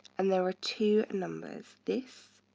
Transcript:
and there are two numbers. this